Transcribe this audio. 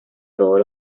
todos